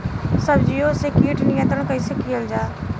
सब्जियों से कीट नियंत्रण कइसे कियल जा?